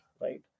right